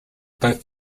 both